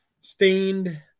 Stained